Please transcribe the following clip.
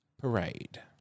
Parade